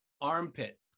Armpit